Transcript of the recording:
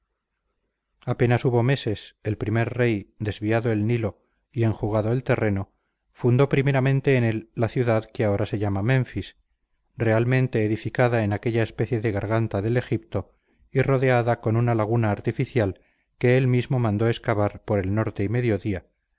apenas hubo menes el primer rey desviado el nilo y enjugado el terreno fundó primeramente en él la ciudad que ahora se llama menfis realmente edificada en aquella especie de garganta del egipto y rodeada con una laguna artificial que él mismo mandó excavar por el norte y mediodía